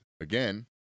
again